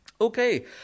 Okay